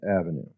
Avenue